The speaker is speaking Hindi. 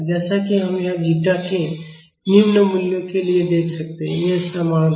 जैसा कि हम यहाँ जीटा के निम्न मूल्यों के लिए देख सकते हैं ये समान हैं